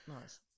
Nice